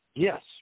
Yes